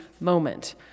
moment